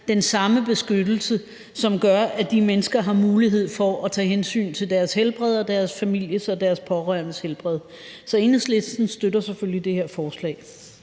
den samme beskyttelse, som gør, at de mennesker har mulighed for at tage hensyn til deres helbred og deres families og deres pårørendes helbred. Så Enhedslisten støtter selvfølgelig det her forslag.